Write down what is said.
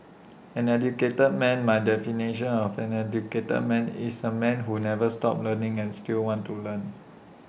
an educated man my definition of an educated man is A man who never stops learning and still wants to learn